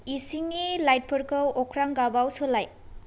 इसिंनि लाइटफोरखौ अख्रां गाबाव सोलाय